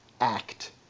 act